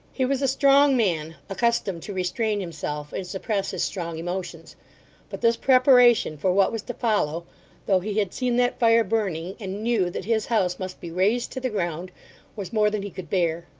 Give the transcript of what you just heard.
he was a strong man, accustomed to restrain himself, and suppress his strong emotions but this preparation for what was to follow though he had seen that fire burning, and knew that his house must be razed to the ground was more than he could bear.